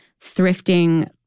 thrifting